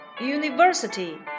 University